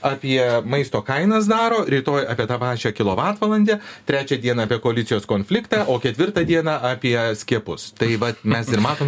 apie maisto kainas daro rytoj apie tą pačią kilovatvalandę trečią dieną apie koalicijos konfliktą o ketvirtą dieną apie skiepus tai vat mes ir matom